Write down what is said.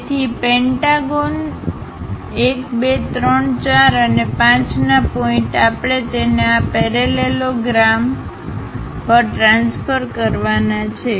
તેથી પેન્ટાગોન 1 2 3 4 અને 5 ના પોઇન્ટ આપણે તેને આ પેરેલેલોગ્રામ ABCD પેરેલેલોગ્રામ પર ટ્રાન્સફર કરવાના છે